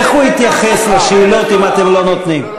איך הוא יתייחס לשאלות אם אתם לא נותנים?